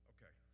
Okay